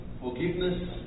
forgiveness